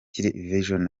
vision